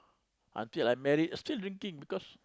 until I married still drinking because